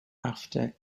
after